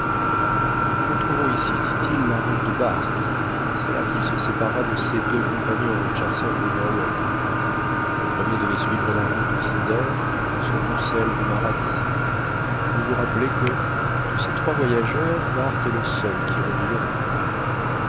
nous retrouvons ici dit-il la route de barth c'est là qu'il se sépara de ses deux compagnons richardson et overweg le premier devait suivre la route de zinder le second celle de maradi et vous vous rappelez que de ces trois voyageurs barth est le seul qui revit l'europe